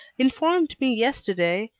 informed me yesterday,